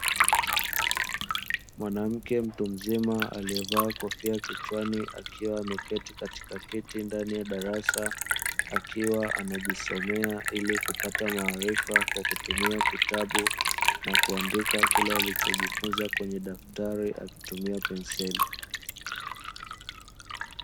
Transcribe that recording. Mwanamke mtu mzima aliyevaa kofia kichwani akiwa ameketi katika kiti ndani ya darasa, akiwa anajisomea ili kupata maarifa kwa kutumia kitabu na kuandika kile alichojifunza kwenye daftari akitumia penseli.